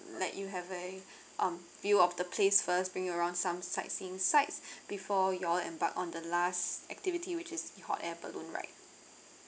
let you have a um view of the place first bring you around some sightseeing sites before you all embark on the last activity which is the hot air balloon ride